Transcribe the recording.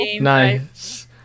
nice